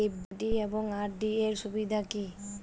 FD এবং RD এর সুবিধা কী?